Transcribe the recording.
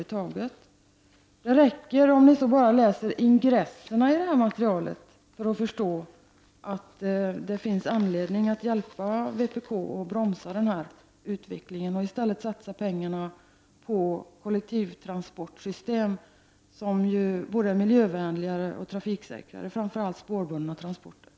Det räcker att läsa ingresserna i materialet för att förstå att det finns anledning att hjälpa vänsterpartiet att bromsa den här utvecklingen och i stället satsa pengarna på kollektivtransportsystem, som är både miljövänligare och trafiksäkrare. Framför allt gäller det spårbundna transporter.